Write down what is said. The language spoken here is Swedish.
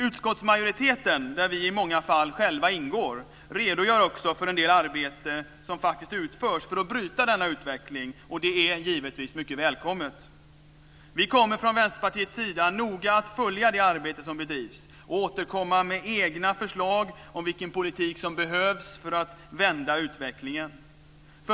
Utskottsmajoriteten, där vi i många fall själva ingår, redogör också för en del arbete som faktiskt utförs för att bryta utvecklingen, och det är givetvis mycket välkommet. Vi kommer från Vänsterpartiets sida att noga följa det arbete som bedrivs och återkomma med egna förslag om vilken politik som behövs för att vända utvecklingen.